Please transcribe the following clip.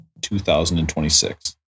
2026